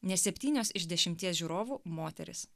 nes septynios iš dešimties žiūrovų moterys